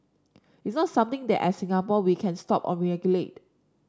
it's not something that as Singapore we can stop or regulate